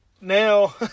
now